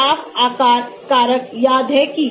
Taft आकार कारक याद है कि